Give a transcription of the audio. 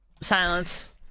Silence